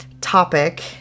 topic